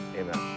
Amen